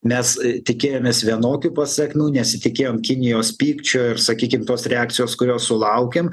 mes tikėjomės vienokių pasekmių nesitikėjom kinijos pykčio ir sakykim tos reakcijos kurios sulaukėm